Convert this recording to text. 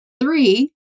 three